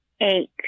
eight